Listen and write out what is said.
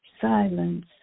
silence